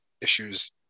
issues